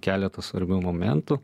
keletą svarbių momentų